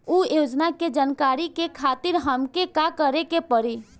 उ योजना के जानकारी के खातिर हमके का करे के पड़ी?